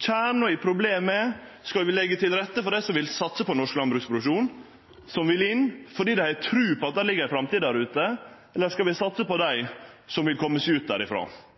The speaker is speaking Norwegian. Kjernen i problemet er: Skal vi leggje til rette for dei som vil satse på norsk landbruksproduksjon, og som vil inn fordi dei har tru på at det er ei framtid der ute, eller skal vi satse på dei som vil kome seg ut